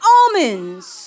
almonds